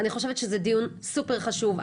אני חושבת שזה דיון סופר חשוב,